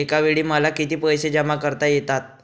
एकावेळी मला किती पैसे जमा करता येतात?